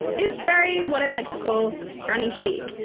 it's very what i like to call granny chic,